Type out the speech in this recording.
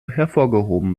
hervorgehoben